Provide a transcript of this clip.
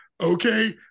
okay